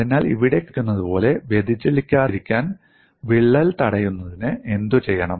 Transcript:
അതിനാൽ ഇവിടെ കാണിച്ചിരിക്കുന്നതുപോലെ വ്യതിചലിക്കാതിരിക്കാൻ വിള്ളൽ തടയുന്നതിന് എന്തുചെയ്യണം